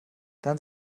dann